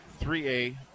3A